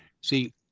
See